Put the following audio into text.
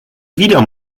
wieder